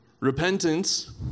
Repentance